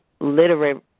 literary